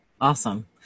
Awesome